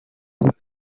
بود